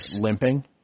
Limping